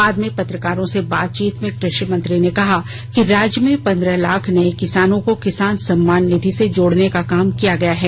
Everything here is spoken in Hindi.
बाद में पत्रकारों से बातचीत में कृषि मंत्री ने कहा कि राज्य में पंद्रह लाख नए किसानों को किसान सम्मान निधि से जोड़ने का काम किया गया है